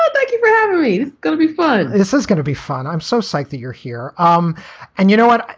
ah thank you for having me. and going to be fun this is going to be fun. i'm so psyched that you're here. um and you know what?